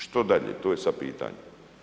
Što dalje, to je sad pitanje.